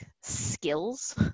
skills